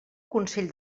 consell